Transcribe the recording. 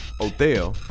Othello